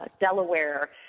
Delaware